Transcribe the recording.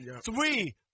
Three